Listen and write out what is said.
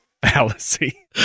fallacy